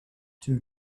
two